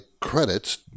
credits